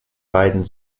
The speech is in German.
beiden